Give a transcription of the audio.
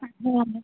ह